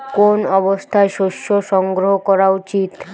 কোন অবস্থায় শস্য সংগ্রহ করা উচিৎ?